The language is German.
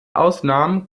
ausnahmen